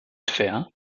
tver